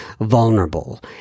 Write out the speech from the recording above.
vulnerable